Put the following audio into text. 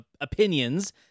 opinions